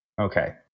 Okay